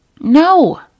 No